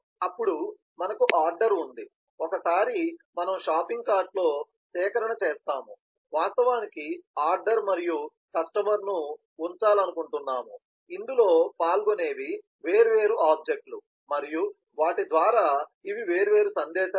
అప్పుడు మనకు ఆర్డర్ ఉంది ఒకసారి మనము షాపింగ్ కార్ట్ లో సేకరణ చేసాము వాస్తవానికి ఆర్డర్ మరియు కస్టమర్ను ఉంచాలనుకుంటున్నాము ఇందులో పాల్గొనేవి వేర్వేరు ఆబ్జెక్ట్ లు మరియు వాటి ద్వారా ఇవి వేర్వేరు సందేశాలు